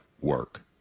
work